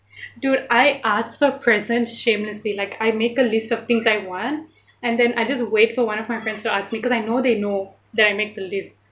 dude I ask for presents shamelessly like I make a list of things I want and then I just wait for one of my friends to ask me cause I know they know that I make the list